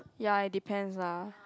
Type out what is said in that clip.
ya it depends lah